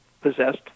possessed